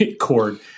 cord